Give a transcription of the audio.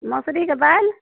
मसुरीके दालि